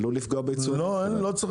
כשהם לא נותנים אנחנו נוריד,